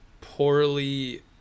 poorly